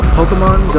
Pokemon